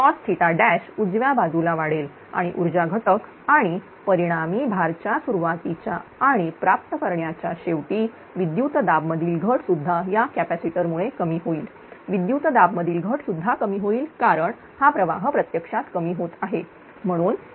COS उजव्या बाजूला वाढेल आणि ऊर्जा घटक आणि परिणामी भार च्या सुरुवातीच्या आणि प्राप्त करण्याच्या शेवटी विद्युत दाब मधील घट सुद्धा या कॅपॅसिटर मुळे कमी होईलविद्युत दाब मधील घट सुद्धा कमी होईल कारण हा प्रवाह प्रत्यक्षात कमी होत आहे